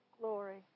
glory